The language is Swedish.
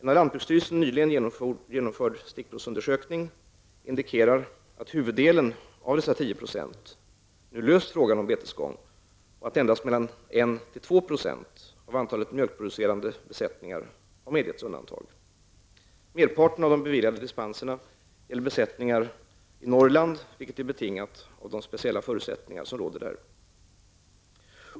En av lantbruksstyrelsen nyligen genomförd stickprovsundersökning indikerar att huvuddelen av dessa 10 % nu löst frågan om betesgång, och att endast 1--2 % av antalet mjölkproducerande besättningar har medgetts undantag. Merparten av de beviljade dispenserna gäller besättningar i Norrland, vilket är betingat av de speciella förutsättningar som råder där.